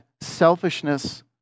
selfishness